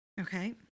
Okay